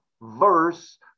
verse